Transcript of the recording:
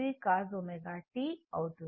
అవుతుంది